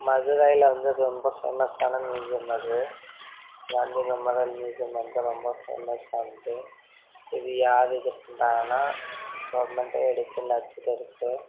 மதுரையில் வந்து ரொம்ப ஃபேமஸான மியூசியம் அது காந்தி மெமோரல் மியூசியம் வந்து ரொம்ப ஃபேமஸானது இது யார் இது பண்ணுறாங்கனா கவர்மெண்ட்டே எடுத்து நடத்திகிட்டு இருக்குது